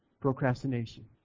Procrastination